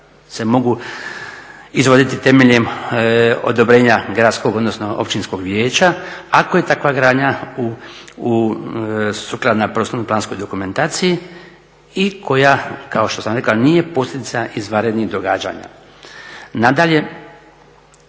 sada mogu izvoditi temeljem odobrenja gradskog odnosno općinskog vijeća ako je takva gradnja sukladna prostorno-planskoj dokumentaciji i koja kao što sam rekao nije posljedica izvanrednih događanja. Nadalje,